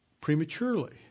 prematurely